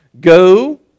Go